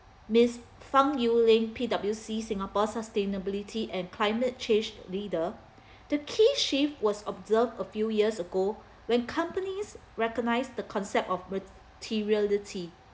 miss fang eu lin P_W_C singapore's sustainability and climate change leader the key shift was observed a few years ago when companies recognize the concept of materiality